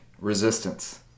Resistance